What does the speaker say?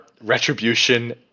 Retribution